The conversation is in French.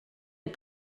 est